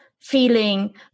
feeling